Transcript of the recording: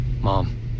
mom